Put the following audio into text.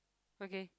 okay